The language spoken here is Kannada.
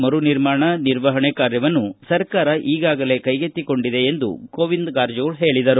ಮರು ನಿರ್ಮಾಣ ನಿರ್ವಹಣೆ ಕಾರ್ಯವನ್ನು ಸರ್ಕಾರ ಈಗಾಗಲೇ ಕೈಗೆತ್ತಿಗೊಂಡಿದೆ ಎಂದು ಗೋವಿಂದ ಕಾರಜೋಳ ಹೇಳಿದರು